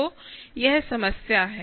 तो यह समस्या है